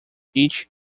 each